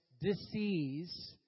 disease